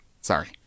sorry